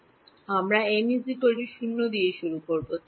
সুতরাং আমরা m 0 দিয়ে শুরু করব